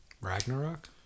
Ragnarok